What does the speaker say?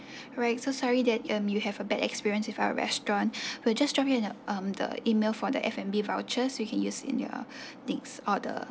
right so sorry that you um you have a bad experience with our restaurant we'll just drop an um the email for the F and B vouchers you can use in your next order